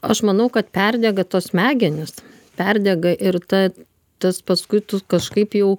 aš manau kad perdega tos smegenys perdega ir ta tas paskui tu kažkaip jau